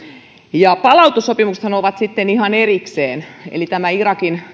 ja palautussopimuksethan ovat sitten ihan erikseen eli kun tätä irakin